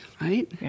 right